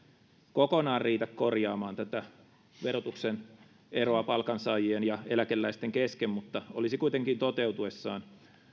kokonaan riitä korjaamaan tätä verotuksen eroa palkansaajien ja eläkeläisten kesken mutta olisi kuitenkin toteutuessaan